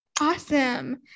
Awesome